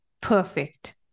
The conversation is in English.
perfect